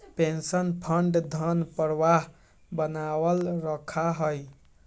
pension fund धन प्रवाह बनावल रखा हई